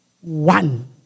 one